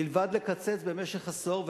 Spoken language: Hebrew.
מלבד לקצץ במשך עשור?